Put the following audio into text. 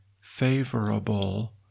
favorable